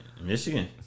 Michigan